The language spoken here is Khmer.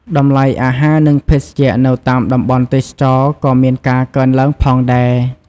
តម្លៃអាហារនឹងភេសជ្ជៈនៅតាមតំបន់ទេសចរណ៍ក៏មានការកើនឡើងផងដែរ។